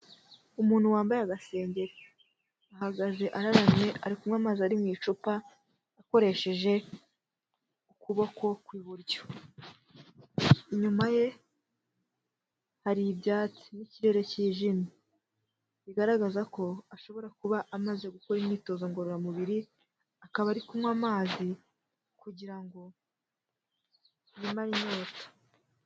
Umuntu wambaye agasengeri, ahagaze araramye ari kunywa amazi ari mu icupa akoresheje ukuboko kw'iburyo, inyuma ye hari ibyatsi n'ikirere cyijimye, bigaragaza ko ashobora kuba amaze gukora imyitozo ngororamubiri, akaba ari kunywa amazi kugira ngo yimare inyota.